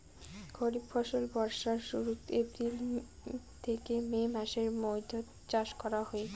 খরিফ ফসল বর্ষার শুরুত, এপ্রিল থেকে মে মাসের মৈধ্যত চাষ করা হই